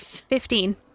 Fifteen